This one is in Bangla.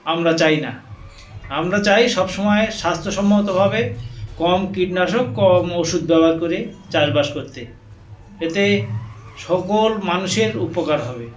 আমরা চাই না আমরা চাই সবসময় স্বাস্থ্যসম্মতভাবে কম কীটনাশক কম ওষুধ ব্যবহার করে চাষবাস করতে এতে সকল মানুষের উপকার হবে